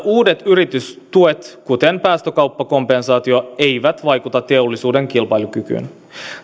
uudet yritystuet kuten päästökauppakompensaatio eivät vaikuta teollisuuden kilpailukykyyn